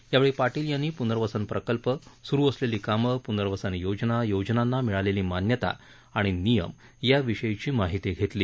यावेळी पाटील यांनी पूनर्वसन प्रकल्प सुरु असलेली कामं पूनर्वसन योजना योजनांना मिळालेली मान्यता आणि नियम याविषयीची माहिती घेतली